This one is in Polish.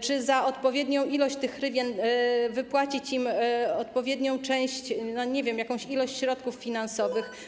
czy za odpowiednią ilość hrywien wypłacić im odpowiednią część, nie wiem, jakąś ilość środków finansowych?